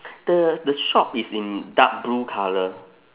the the shop is in dark blue colour